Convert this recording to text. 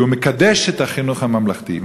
כי הוא מקדש את החינוך הממלכתי.